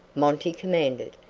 monty commanded.